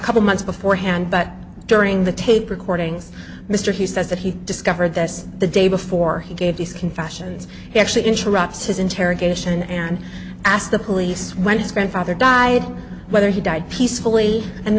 couple months beforehand but during the tape recordings mr he says that he discovered this the day before he gave these confessions he actually interrupts his interrogation and asked the police when his grandfather died whether he died peacefully and